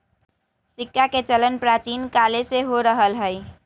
सिक्काके चलन प्राचीन काले से हो रहल हइ